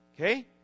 Okay